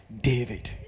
David